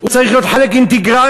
הוא צריך להיות חלק אינטגרלי,